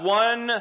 one